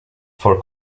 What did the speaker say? for